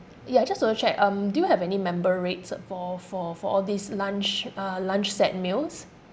ya just want to check um do you have any member rates for for for all these lunch uh lunch set meals